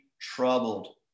troubled